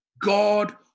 God